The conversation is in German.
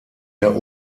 der